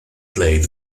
played